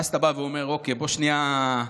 ואז אתה בא ואומר: אוקיי, בוא שנייה נראה.